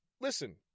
listen